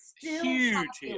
huge